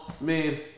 man